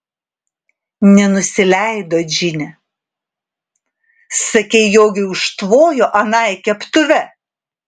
nenusileido džine sakei jogei užtvojo anai keptuve